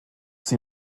sie